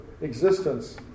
existence